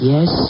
Yes